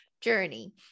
journey